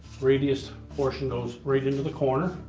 radius portion goes right into the corner.